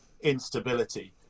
instability